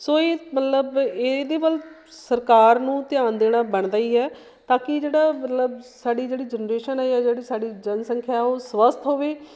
ਸੋ ਇਹ ਮਤਲਬ ਇਹਦੇ ਵੱਲ ਸਰਕਾਰ ਨੂੰ ਧਿਆਨ ਦੇਣਾ ਬਣਦਾ ਹੀ ਹੈ ਤਾਂ ਕਿ ਜਿਹੜਾ ਮਤਲਬ ਸਾਡੀ ਜਿਹੜੀ ਜਨਰੇਸ਼ਨ ਹੈ ਇਹ ਆ ਜਿਹੜੀ ਸਾਡੀ ਜਨਸੰਖਿਆ ਉਹ ਸਵਸਥ ਹੋਵੇ